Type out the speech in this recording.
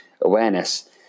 awareness